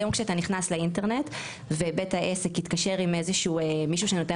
היום כשאתה נכנס לאינטרנט ובית העסק התקשר עם מישהו שנותן